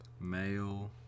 Male